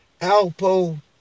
Alpo